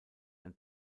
ein